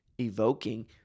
evoking